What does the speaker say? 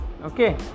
okay